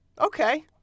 Okay